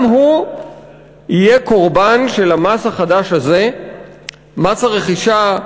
גם הוא יהיה קורבן של המס החדש הזה, מס הרכישה,